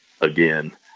again